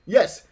Yes